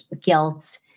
guilt